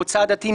מוצא דתי,